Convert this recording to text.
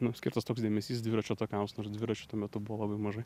nu skirtas toks dėmesys dviračio takams nu ir dviračių tuo metu buvo labai mažai